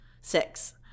six